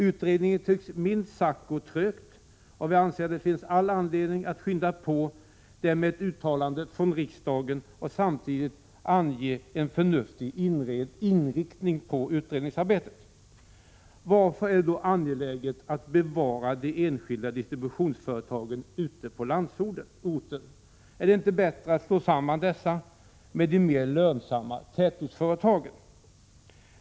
Utredningen tycks minst sagt gå trögt, och vi anser att det finns all anledning att skynda på den med ett uttalande från 167 riksdagen och samtidigt ange en förnuftig inriktning på utredningsarbetet. Varför är det då angeläget att bevara de enskilda distributionsföretagen ute på landsorten? Är det inte bättre att slå samman dessa med de mer lönsamma tätortsföretagen?